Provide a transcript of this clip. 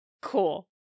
Cool